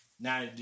now